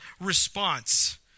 response